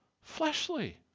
fleshly